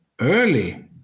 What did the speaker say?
Early